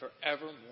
forevermore